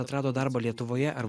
atrado darbą lietuvoje ar